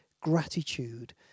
gratitude